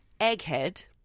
Egghead